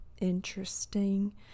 Interesting